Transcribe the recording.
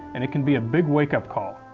and it can be a big wake-up call.